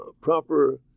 proper